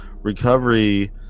recovery